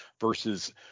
versus